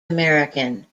american